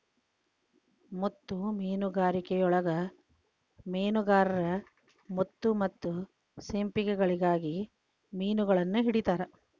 ಮುತ್ತು ಮೇನುಗಾರಿಕೆಯೊಳಗ ಮೇನುಗಾರರು ಮುತ್ತು ಮತ್ತ ಸಿಂಪಿಗಳಿಗಾಗಿ ಮಿನುಗಳನ್ನ ಹಿಡಿತಾರ